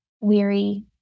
weary